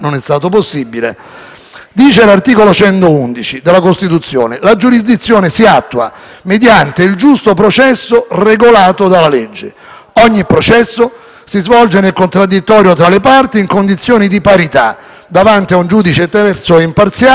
L'articolo 111 della Costituzione recita: «La giurisdizione si attua mediante il giusto processo regolato dalla legge. Ogni processo si svolge nel contraddittorio tra le parti, in condizioni di parità, davanti a giudice terzo e imparziale. La legge